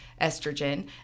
estrogen